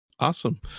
Awesome